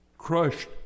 crushed